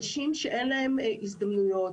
אנשים שאין להם הזדמנויות,